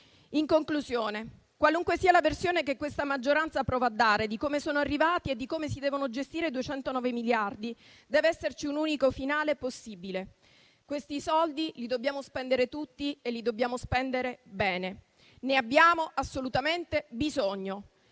In conclusione, qualunque sia la versione che questa maggioranza prova a dare di come sono arrivati e di come si devono gestire i 209 miliardi, dev'esserci un unico finale possibile: questi soldi li dobbiamo spendere tutti e li dobbiamo spendere bene. Ne abbiamo assolutamente bisogno.